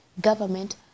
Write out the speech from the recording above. government